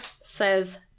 says